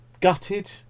gutted